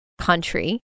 country